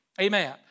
Amen